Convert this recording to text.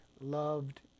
loved